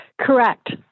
Correct